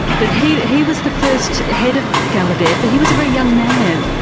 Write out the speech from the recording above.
but he he was the first head of gallaudet. but he was a very young man.